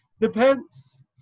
depends